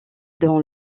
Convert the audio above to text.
dans